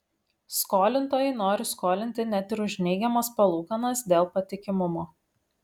skolintojai nori skolinti net ir už neigiamas palūkanas dėl patikimumo